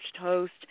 host